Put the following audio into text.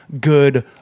good